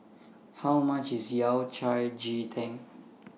How much IS Yao Cai Ji Tang